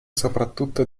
soprattutto